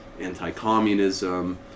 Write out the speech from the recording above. anti-communism